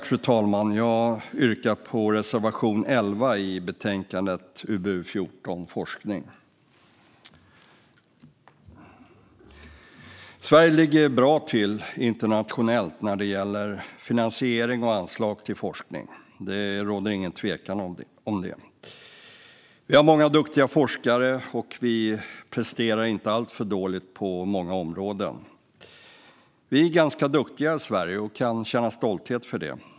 Fru talman! Jag yrkar bifall reservation 11 i betänkandet UbU14 Forskning . Sverige ligger bra till internationellt när det gäller finansiering och anslag till forskning. Det råder ingen tvekan om det. Vi har många duktiga forskare, och vi presterar inte alltför dåligt på många områden. Vi är ganska duktiga i Sverige och kan känna stolthet över det.